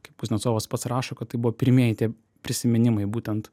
kaip kuznecovas pats rašo kad tai buvo pirmieji tie prisiminimai būtent